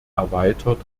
erweitert